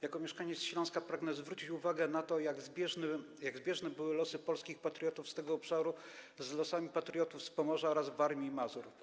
Jako mieszkaniec Śląska pragnę zwrócić uwagę na to, jak zbieżne były losy polskich patriotów z tego obszaru z losami patriotów z Pomorza oraz Warmii i Mazur.